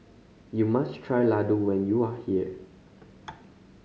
you must try laddu when you are here